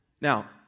Now